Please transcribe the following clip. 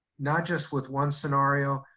not just with one scenario,